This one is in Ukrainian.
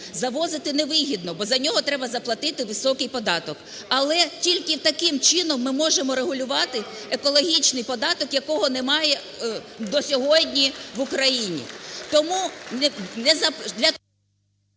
завозити невигідно, бо за нього треба заплатити високий податок. Але тільки таким чином ми можемо регулювати екологічний податок, якого немає до сьогодні в Україні.